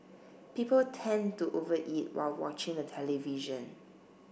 people tend to over eat while watching the television